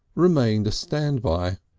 remained a stand-by.